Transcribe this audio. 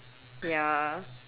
ya